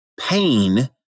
pain